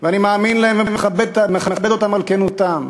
ואני מאמין להם ומכבד אותם על כנותם.